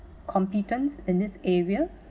competence in this area